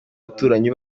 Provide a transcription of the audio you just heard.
abaturanyi